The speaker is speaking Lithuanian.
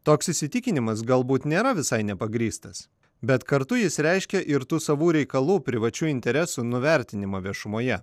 toks įsitikinimas galbūt nėra visai nepagrįstas bet kartu jis reiškia ir tų savų reikalų privačių interesų nuvertinimą viešumoje